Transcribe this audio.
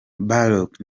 bullock